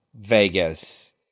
Vegas